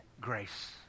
grace